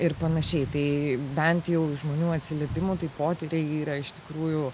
ir panašiai tai bent jau iš žmonių atsiliepimų tai potyriai yra iš tikrųjų